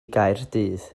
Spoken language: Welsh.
gaerdydd